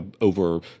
over